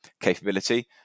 capability